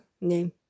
name